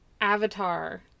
Avatar